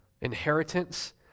inheritance